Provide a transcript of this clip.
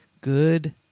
good